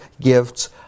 gifts